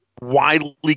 widely